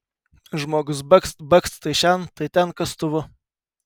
žmogus bakst bakst tai šen tai ten kastuvu